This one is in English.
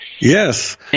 Yes